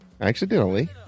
Accidentally